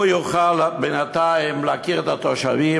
הוא יוכל בינתיים להכיר את התושבים,